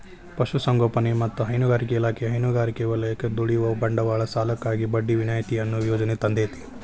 ಪಶುಸಂಗೋಪನೆ ಮತ್ತ ಹೈನುಗಾರಿಕಾ ಇಲಾಖೆ ಹೈನುಗಾರಿಕೆ ವಲಯಕ್ಕ ದುಡಿಯುವ ಬಂಡವಾಳ ಸಾಲಕ್ಕಾಗಿ ಬಡ್ಡಿ ವಿನಾಯಿತಿ ಅನ್ನೋ ಯೋಜನೆ ತಂದೇತಿ